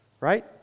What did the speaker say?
Right